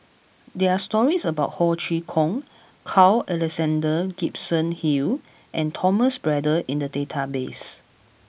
there are stories about Ho Chee Kong Carl Alexander Gibson Hill and Thomas Braddell in the database